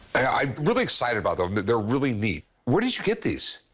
i'm really excited about them. they're really neat. where did you get these?